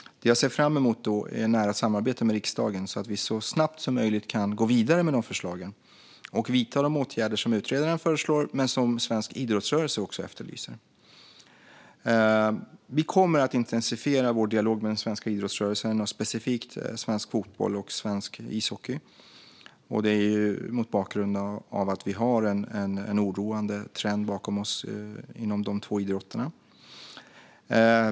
Jag ser fram emot ett nära samarbete med riksdagen så att vi så snabbt som möjligt kan gå vidare med dessa förslag och vidta de åtgärder som utredaren föreslår och som också den svenska idrottsrörelsen efterlyser. Vi kommer att intensifiera vår dialog med den svenska idrottsrörelsen och specifikt med svensk fotboll och svensk ishockey, mot bakgrund av att vi har en oroande trend bakom oss inom dessa två idrotter.